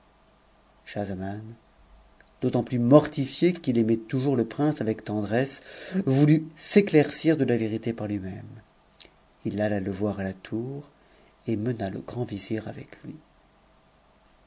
schahzaman d'autant plus mortifié qu'il aimait toujours le prinedy tendresse voulut s'éclaircir de la vérité par lui-même ii alla te voin tour et mena le grand vizir avec lui